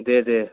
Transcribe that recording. दे दे